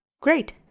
Great